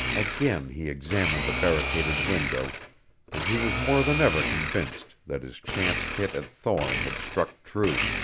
again he examined the barricaded window and he was more than ever convinced that his chance hit at thorne had struck true.